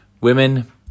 Women